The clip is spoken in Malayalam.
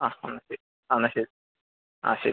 ആ ഓക്കെ ആ എന്നാൽ ശരി ആ ശരി